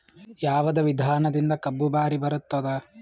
ಯಾವದ ವಿಧಾನದಿಂದ ಕಬ್ಬು ಭಾರಿ ಬರತ್ತಾದ?